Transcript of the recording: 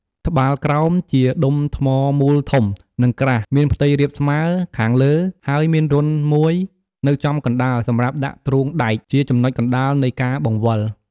ត្បាល់ក្រោម ជាដុំថ្មមូលធំ និងក្រាស់ មានផ្ទៃរាបស្មើខាងលើ ហើយមានរន្ធមួយនៅចំកណ្ដាលសម្រាប់ដាក់ទ្រូងដែក ជាចំណុចកណ្ដាលនៃការបង្វិល។